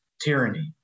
Tyranny